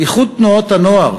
איחוד תנועות הנוער,